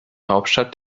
hauptstadt